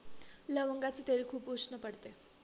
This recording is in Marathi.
लवंगाचे तेल खूप उष्ण पडते